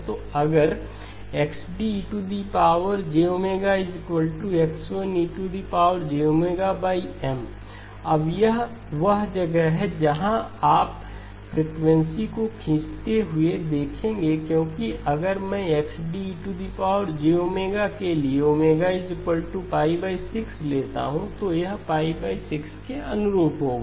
तो अगर XD X1 ejM अब यह वह जगह है जहां आप फ्रिकवेंसी को खींचते हुए देखेंगे क्योंकि अगर मैं XD के लिए 6 लेता हूं तो यह π 6 के अनुरूप होगा